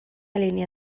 línia